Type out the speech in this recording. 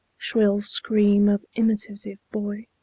shrill scream of imitative boy,